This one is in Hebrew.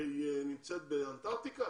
שנמצאת באנטרטיקה?